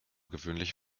gewöhnlich